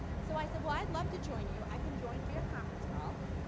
so i said, well, i'd love to join you, i can join via conference call